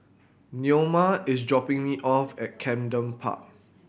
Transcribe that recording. Neoma is dropping me off at Camden Park